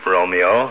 Romeo